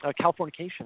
Californication